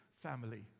family